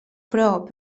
però